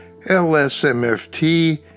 LSMFT